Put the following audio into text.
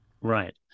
Right